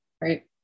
right